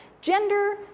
gender